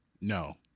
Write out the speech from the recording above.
No